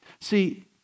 See